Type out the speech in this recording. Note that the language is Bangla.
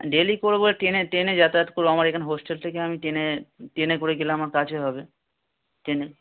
ডেলি করব ট্রেনে ট্রেনে যাতায়াত করব আমার এখানে হোস্টেল থেকে আমি ট্রেনে ট্রেনে করে গেলাম আমার কাছে হবে ট্রেনে